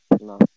No